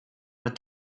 but